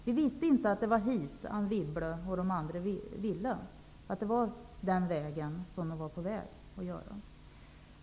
Vi visste inte att det var hit Anne Wibble och de andra ville, att det var den vägen de ville gå.